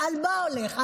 על מה הוא הולך?